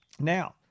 now